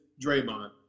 Draymond